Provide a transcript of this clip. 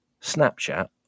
Snapchat